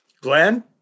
Glenn